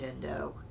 Nintendo